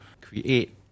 create